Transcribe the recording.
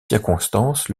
circonstances